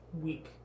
week